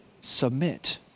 submit